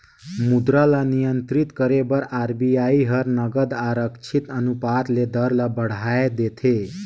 मुद्रा ल नियंत्रित करे बर आर.बी.आई हर नगद आरक्छित अनुपात ले दर ल बढ़ाए देथे